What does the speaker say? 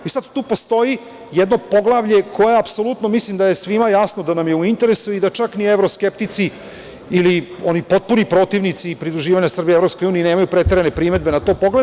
Sada tu postoji jedno poglavlje koje je, mislim da je svima jasno, u interesu i da čak ni evroskeptici ili oni potpuni protivnici pridruživanja Srbije EU nemaju preterane primedbe na to poglavlje.